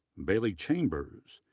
bailey chambers,